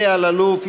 אלי אלאלוף,